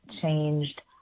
changed